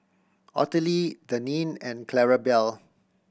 Ottilie Denine and Clarabelle